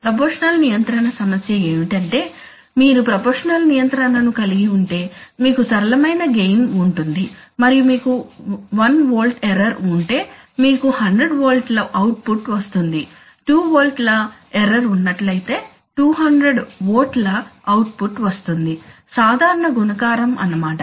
proportional నియంత్రణ సమస్య ఏమిటంటే మీరు ప్రపోర్షనల్ నియంత్రణ ను కలిగి ఉంటె మీకు సరళమైన గెయిన్ ఉంటుంది మరియు మీకు 1V ఎర్రర్ ఉంటే మీకు 100 V ల ఔట్పుట్ వస్తుంది 2 V ల ఎర్రర్ ఉన్నట్లయితే 200 V ల ఔట్పుట్ వస్తుంది సాధారణ గుణకారం అనమాట